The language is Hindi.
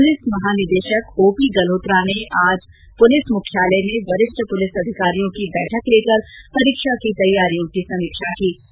प्रलिस महानिदेशक ओपी गल्होत्रा ने आज पुलिस मुख्यालय में वरिष्ठ पुलिस अधिकारियों की बैठक आयोजित कर परीक्षा की तैयारियों की समीक्षा कीं